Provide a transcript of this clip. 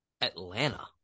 Atlanta